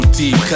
deep